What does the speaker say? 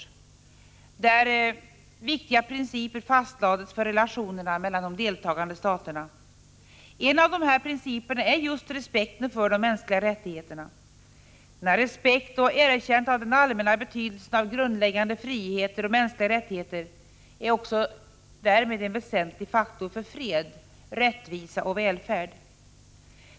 I det ifrågavarande dokumentet fastslogs viktiga principer för relationerna mellan de deltagande staterna. En av principerna är just respekten för de mänskliga rättigheterna. Denna respekt och erkännandet av den allmänna betydelsen av grundläggande friheter och mänskliga rättigheter är också en väsentlig faktor för fred, rättvisa och välfärd.